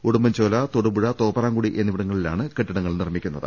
Udumbanchola Thodupuzha Thopramkudy എന്നിവിടങ്ങളിലാണ് കെട്ടിടങ്ങൾ നിർമ്മിക്കുന്നത്